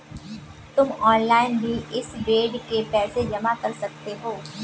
तुम ऑनलाइन भी इस बेड के पैसे जमा कर सकते हो